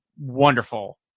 wonderful